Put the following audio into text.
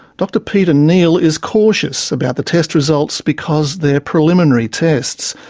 dr peta neale is cautious about the test results because they are preliminary tests,